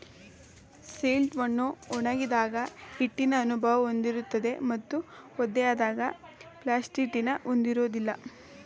silt ಮಣ್ಣು ಒಣಗಿದಾಗ ಹಿಟ್ಟಿನ ಅನುಭವ ಹೊಂದಿರುತ್ತದೆ ಮತ್ತು ಒದ್ದೆಯಾದಾಗ ಪ್ಲಾಸ್ಟಿಟಿನ ಹೊಂದಿರೋದಿಲ್ಲ